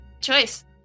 Choice